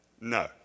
No